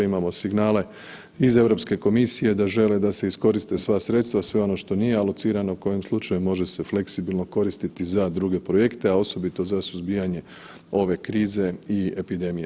Imamo signale iz Europske komisije da žele da se iskoriste sva sredstva, sve ono što nije alocirano kojim slučajem može se fleksibilno koristiti za druge projekte, a osobito za suzbijanje ove krize i epidemije.